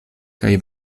kaj